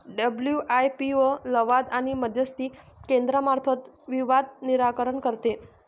WIPO लवाद आणि मध्यस्थी केंद्रामार्फत विवाद निराकरण करते